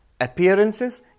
appearances